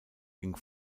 ging